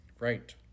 Right